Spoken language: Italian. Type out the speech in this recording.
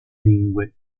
lingue